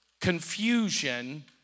confusion